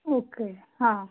okay हां